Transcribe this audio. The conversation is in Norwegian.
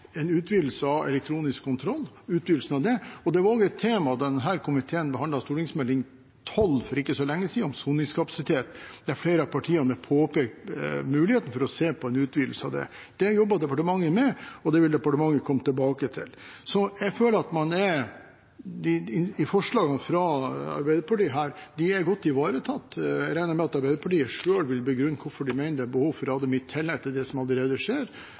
var også et tema da denne komiteen for ikke så lenge siden behandlet Meld. St. 12 for 2014–2015, om soningskapasitet, der flere av partiene påpekte muligheten for å se på en utvidelse av det. Det jobber departementet med, og det vil departementet komme tilbake til. Jeg føler at forslagene fra Arbeiderpartiet er godt ivaretatt. Jeg regner med at Arbeiderpartiet selv vil begrunne hvorfor de mener det er behov for å ha dem i tillegg til det som allerede skjer,